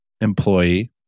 employee